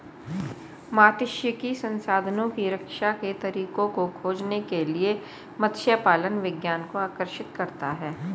मात्स्यिकी संसाधनों की रक्षा के तरीकों को खोजने के लिए मत्स्य पालन विज्ञान को आकर्षित करता है